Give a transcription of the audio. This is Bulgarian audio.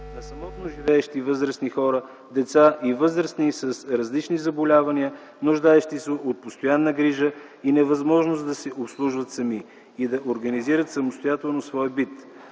на самотно живеещи възрастни хора, деца и възрастни с различни заболявания, нуждаещи се от постоянна грижа и невъзможност да се обслужват сами и да организират самостоятелно своя бит.